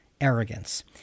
arrogance